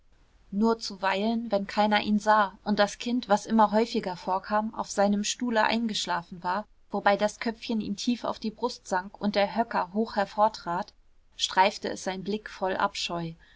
nur zuweilen wenn keiner ihn sah und das kind was immer häufiger vorkam auf seinem stuhle eingeschlafen war wobei das köpfchen ihm tief auf die brust sank und der höcker hoch hervortrat streifte es sein blick voll abscheu